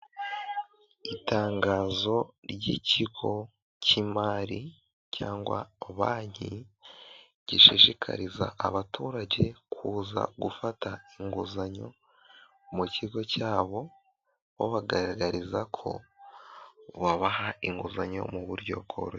Itangazo ry'ikigo k'imari cyangwa banki, gishishikariza abaturage kuza gufata inguzanyo mu kigo cyabo, babagaragariza ko babaha inguzanyo mu buryo bworoshye.